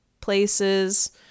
places